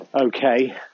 Okay